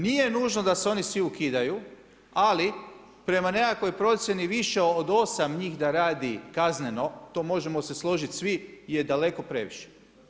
Nije nužno da se oni svi ukidaju, ali prema nekakvoj procjeni više od osam njih da radi kazneno to možemo se složiti svi je daleko previše.